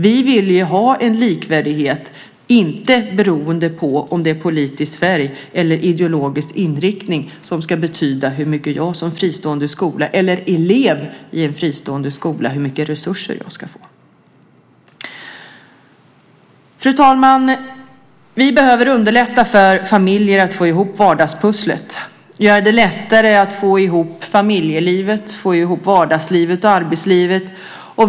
Vi vill ju ha en likvärdighet oberoende av politisk färg eller ideologisk inriktning. Det ska inte avgöra hur mycket resurser jag som elev i en fristående skola ska få. Fru talman! Vi behöver underlätta för familjer att få ihop vardagspusslet, göra det lättare att få ihop familjelivet, vardagslivet och arbetslivet.